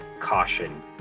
caution